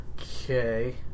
Okay